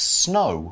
snow